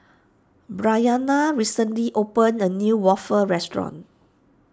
Bryanna recently opened a new Waffle restaurant